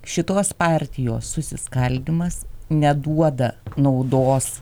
šitos partijos susiskaldymas neduoda naudos